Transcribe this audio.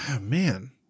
Man